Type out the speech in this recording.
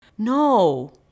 No